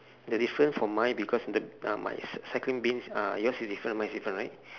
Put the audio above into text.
the difference from mine because the uh my recycling bins uh yours is different mine is different right